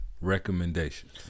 recommendations